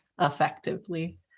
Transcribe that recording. effectively